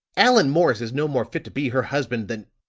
allan morris is no more fit to be her husband than